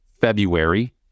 February